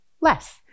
less